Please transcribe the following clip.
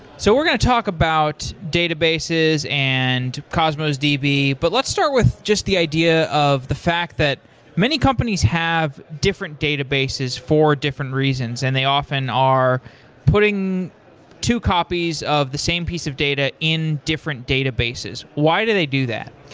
so we're going to talk about databases and cosmos db, but let's do it with just the idea of the fact that many companies have different databases for different reasons and they often are putting two copies of the same piece of data in different databases. why do they do that?